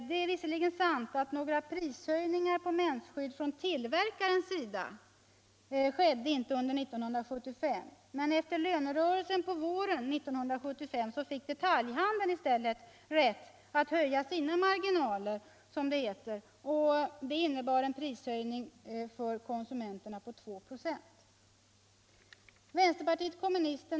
Det är visserligen sant att några prishöjningar på mensskydd från tillverkarnas sida inte skedde under 1975. Men efter lönerörelsen på våren 1975 fick detaljhandeln rätt att höja sina marginaler, som det heter, och det innebar en prishöjning för konsumenterna på 2 96.